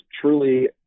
truly